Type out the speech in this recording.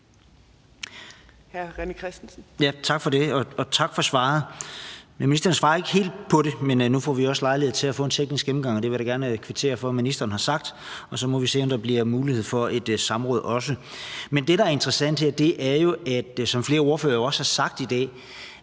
Tak for det, og tak for svaret. Men ministeren svarer ikke helt på det. Nu får vi så også lejlighed til at få en teknisk gennemgang, og det vil jeg da gerne kvittere for at ministeren har sagt. Så må vi se, om der bliver mulighed for et samråd også. Men det, der er interessant her, er jo, som flere ordførere også har sagt i dag,